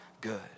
good